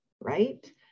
right